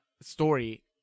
story